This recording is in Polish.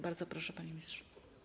Bardzo proszę, panie ministrze.